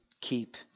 keep